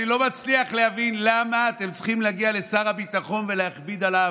אני לא מצליח להבין למה אתם צריכים להגיע לשר הביטחון ולהכביד עליו.